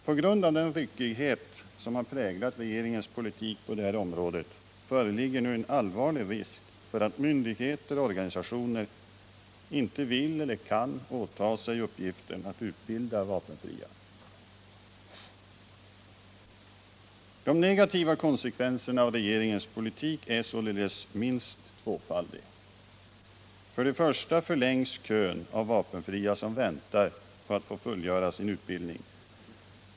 På grund av den ryckighet som präglat regeringens politik på detta område föreligger nu en allvarlig risk för att myndigheter och organisationer inte vill eller kan åta sig uppgiften att utbilda vapenfria. De negativa konsekvenserna av regeringens politik är således minst tvåfaldiga. För det första förlängs kön av vapenfria som väntar på att få fullgöra sin utbildning.